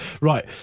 Right